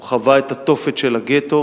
הוא חווה את התופת של הגטו,